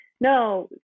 No